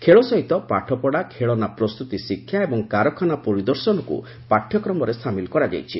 ଖେଳ ସହିତ ପାଠପଡ଼ା ଖେଳନା ପ୍ରସ୍ତୁତି ଶିକ୍ଷା ଏବଂ କାରଖାନା ପରିଦର୍ଶନକୁ ପାଠ୍ୟକ୍ରମରେ ସାମିଲ କରାଯାଇଛି